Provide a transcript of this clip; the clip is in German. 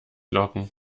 locken